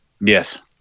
Yes